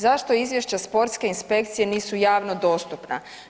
Zašto Izvješća sportske inspekcije nisu javno dostupna?